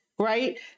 right